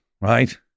right